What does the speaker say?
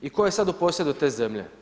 I tko je sada u posjedu te zemlje?